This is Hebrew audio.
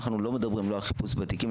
אנחנו לא מדברים לא על חיפוש בתיקים,